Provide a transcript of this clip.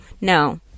no